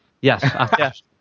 Yes